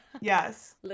Yes